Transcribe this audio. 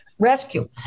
Rescue